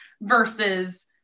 versus